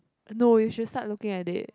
no you should start looking at it